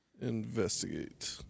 Investigate